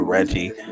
Reggie